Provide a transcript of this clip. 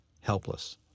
helpless